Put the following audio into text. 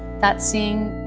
that seeing.